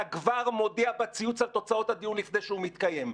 אתה כבר מודיע בציוץ על תוצאות הדיון שעוד לא יתקיים,